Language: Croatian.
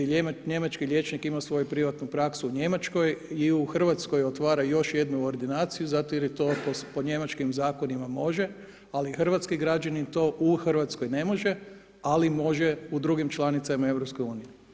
Njemački liječnik ima svoju privatnu praksu u Njemačkoj i u Hrvatskoj otvara još jednu ordinaciju zato jer je to po njemačkim zakonima može, ali hrvatski građanin u Hrvatskoj ne može, ali u drugim članicama EU.